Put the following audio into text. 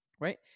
right